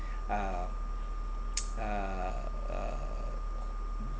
uh uh uh